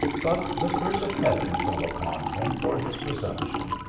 but the curse of heaven fell upon him for his presumption.